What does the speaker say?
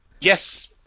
yes